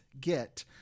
get